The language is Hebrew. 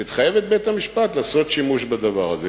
שתחייב את בית-המשפט לעשות שימוש בדבר הזה.